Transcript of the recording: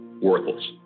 worthless